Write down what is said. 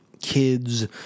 kids